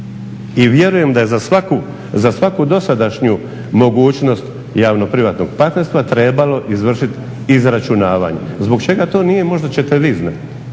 i vjerujem da je za svaku dosadašnju mogućnost javno-privatnog partnerstva trebalo izvršit izračunavanje. Zbog čega to nije, možda ćete vi znati.